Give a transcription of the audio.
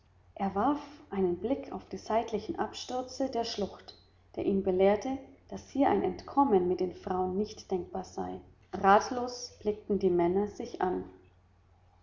er warf einen blick auf die seitlichen abstürze der schlucht der ihn belehrte daß hier ein entkommen mit den frauen nicht denkbar sei ratlos blickten die männer sich an